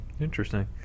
Interesting